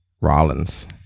Rollins